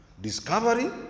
discovery